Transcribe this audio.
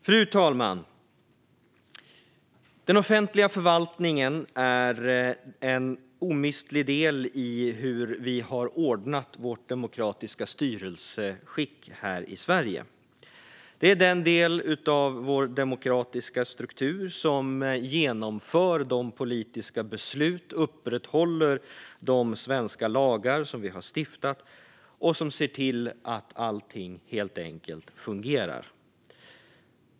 Fru talman! Den offentliga förvaltningen är en omistlig del i hur vi har ordnat vårt demokratiska styrelseskick här i Sverige. Det är den del av vår demokratiska struktur som genomför de politiska beslut vi har fattat, upprätthåller de lagar vi har stiftat och helt enkelt ser till att allt fungerar.